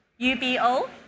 UBO